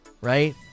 right